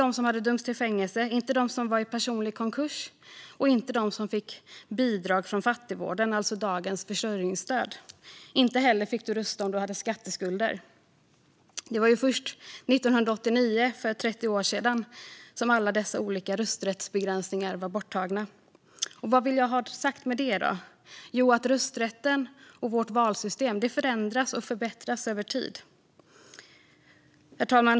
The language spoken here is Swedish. De som hade dömts till fängelse, de som var i personlig konkurs och de som fick bidrag från fattigvården, alltså dagens försörjningsstöd, fick inte rösta. Inte heller fick du rösta om du hade skatteskulder. Det var först 1989, för drygt 30 år sedan, som alla dessa olika rösträttsbegränsningar var borttagna. Vad vill jag då ha sagt med det? Jo, att rösträtten och vårt valsystem förändras och förbättras över tid. Herr talman!